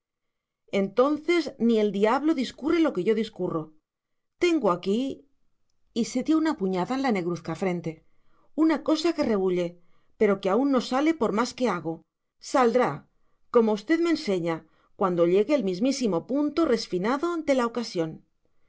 entonces ni el diablo discurre lo que yo discurro tengo aquí y se dio una puñada en la negruzca frente una cosa que rebulle pero que aún no sale por más que hago saldrá como usted me enseña cuando llegue el mismísimo punto resfinado de la ocasión